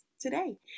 today